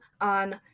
on